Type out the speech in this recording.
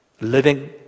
living